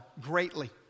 greatly